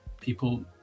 people